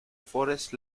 forest